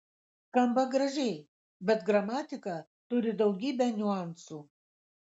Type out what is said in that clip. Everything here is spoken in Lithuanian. skamba gražiai bet gramatika turi daugybę niuansų